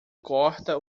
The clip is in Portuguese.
corta